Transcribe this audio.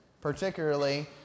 particularly